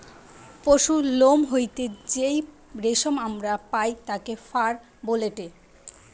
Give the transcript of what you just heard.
পশুর লোম হইতে যেই রেশম আমরা পাই তাকে ফার বলেটে